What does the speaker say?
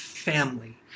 family